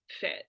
fit